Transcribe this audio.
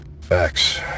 Facts